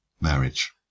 marriage